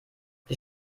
die